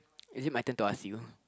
is it my turn to ask you